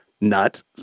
nut